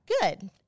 good